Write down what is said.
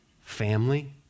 Family